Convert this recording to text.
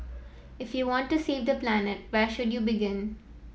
if you want to save the planet where should you begin